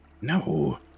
No